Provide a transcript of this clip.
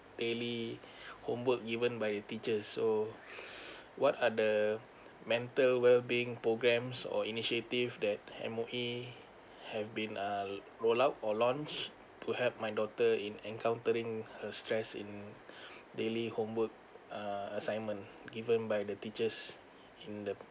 daily homework given by the teacher so what are the mental well being programs or initiative that M_O_E have been uh rolled out or launched to help my daughter in encountering her stress in daily homework err assignment given by the teachers in the